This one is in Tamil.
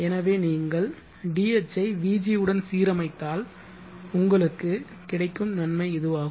எனவே நீங்கள் d அச்சை vg உடன் சீரமைத்தால் உங்களுக்கு கிடைக்கும் நன்மை இதுவாகும்